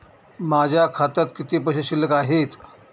माझ्या खात्यात किती पैसे शिल्लक आहेत?